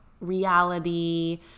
reality